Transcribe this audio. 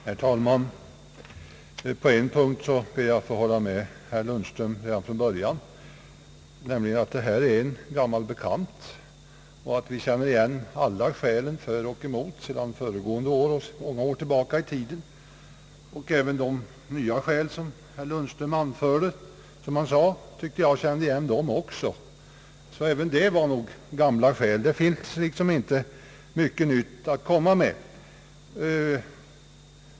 Herr talman! På en punkt kan jag hålla med herr Lundström redan från början, nämligen att detta är en gammal bekant och att vi känner igen alla skälen för och emot sedan föregående år och många år tillbaka i tiden. Jag tyckte också att jag kände igen de skäl, som herr Lundström ansåg vara nya, så det var nog gamla skäl det också. Det inns liksom inte mycket nytt att komma med.